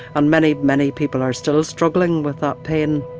and many, many people are still struggling with that pain